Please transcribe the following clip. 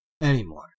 Anymore